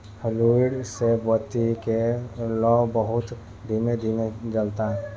fluid से बत्ती के लौं बहुत ही धीमे धीमे जलता